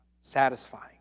satisfying